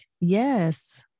Yes